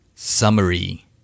Summary